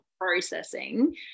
processing